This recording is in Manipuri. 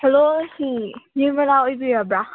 ꯍꯜꯂꯣ ꯁꯤ ꯅꯤꯔꯃꯂꯥ ꯑꯣꯏꯕꯤꯔꯕ꯭ꯔꯥ